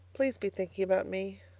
please be thinking about me.